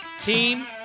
team